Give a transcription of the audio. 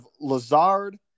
Lazard